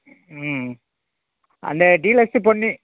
ம் அந்த டீலக்ஸ்ஸு பொன்னி